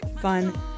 fun